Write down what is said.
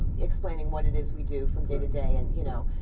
explaining what it is we do from day to day and, you know.